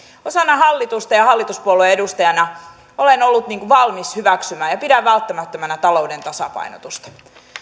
osana hallitusta ja ja hallituspuolueen edustajana olen ollut valmis hyväksymään ja pidän välttämättömänä talouden tasapainotusta